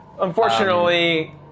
unfortunately